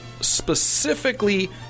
specifically